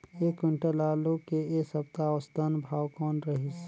एक क्विंटल आलू के ऐ सप्ता औसतन भाव कौन रहिस?